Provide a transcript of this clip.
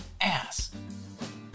ass